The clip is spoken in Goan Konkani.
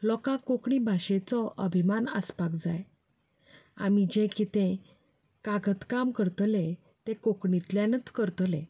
लोकांक कोंकणी भाशेचो अभिमान आसपाक जाय आमी जें कितें कागदकाम करतले तें कोंकणींतल्यानूच करतले